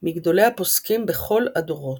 מגדולי הפוסקים בכל הדורות,